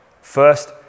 First